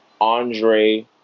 Andre